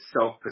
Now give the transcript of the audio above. Self